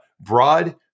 broad